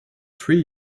three